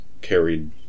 carried